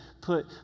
put